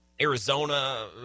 Arizona